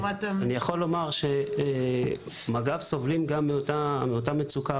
אני יכול לומר שמג"ב סובלים מאותה מצוקה,